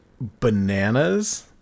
bananas